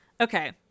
Okay